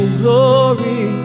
glory